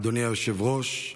אדוני היושב-ראש,